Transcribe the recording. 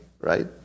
right